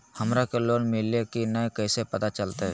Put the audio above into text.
हमरा के लोन मिल्ले की न कैसे पता चलते?